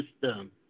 system